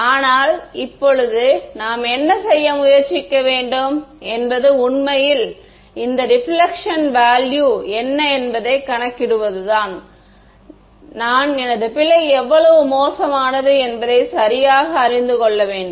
ஆனால் இப்போது நாம் என்ன செய்ய முயற்சிக்க வேண்டும் என்பது உண்மையில் இந்த ரிபிலக்ஷன் வேல்யு என்ன என்பதைக் கணக்கிடுவதுதான் நான் எனது பிழை எவ்வளவு மோசமானது என்பதை சரியாக அறிந்து கொள்ள வேண்டும்